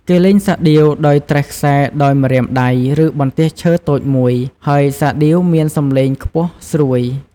គេលេងសាដៀវដោយត្រេះខ្សែដោយម្រាមដៃ ឬបន្ទះឈើតូចមួយ ហើយសាដៀវមានសំឡេងខ្ពស់ស្រួយ។